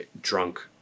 drunk